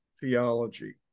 theology